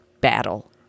battle